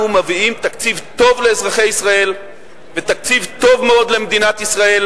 אנחנו מביאים תקציב טוב לאזרחי ישראל ותקציב טוב מאוד למדינת ישראל.